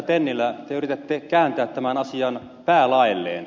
tennilä te yritätte kääntää tämän asian päälaelleen